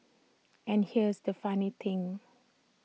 and here's the funny thing